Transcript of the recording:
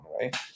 right